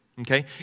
Okay